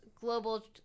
global